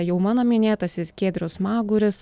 jau mano minėtasis giedrius smaguris